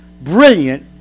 brilliant